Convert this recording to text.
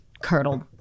curdled